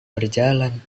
berjalan